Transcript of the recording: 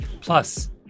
Plus